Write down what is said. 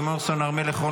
לימור סון הר מלך,